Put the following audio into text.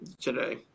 today